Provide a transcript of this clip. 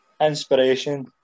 Inspiration